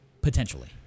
potentially